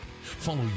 Follow